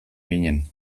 ginen